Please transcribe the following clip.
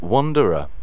Wanderer